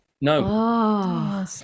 No